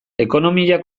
ekonomia